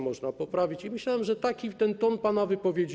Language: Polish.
Można to poprawić i myślałem, że taki będzie ton pana wypowiedzi.